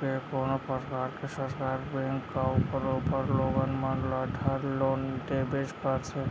के कोनों परकार के सरकार बेंक कव करोबर लोगन मन ल धर लोन देबेच करथे